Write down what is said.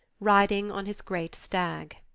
riding on his great stag.